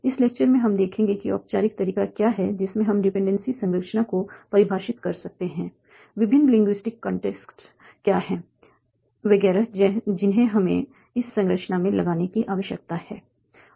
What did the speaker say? इस लेक्चर में हम देखेंगे कि औपचारिक तरीका क्या है जिसमें हम डिपेंडेंसी संरचना को परिभाषित कर सकते हैं विभिन्न लिंग्विस्टिक कंस्ट्रेंट्स क्या हैं वगैरह जिन्हें हमें इस संरचना में लगाने की आवश्यकता है